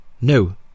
No